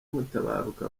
mutabaruka